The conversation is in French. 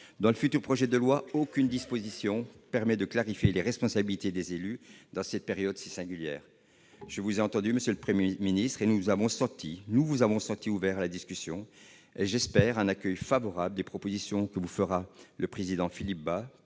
Dans le futur projet de loi, aucune disposition ne permet de clarifier les responsabilités des élus dans cette période si singulière. Je vous ai entendu, monsieur le Premier ministre. Nous vous avons senti ouvert à la discussion. J'espère que vous ferez un accueil favorable aux propositions du président de la